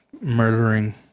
murdering